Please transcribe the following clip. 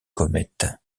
comète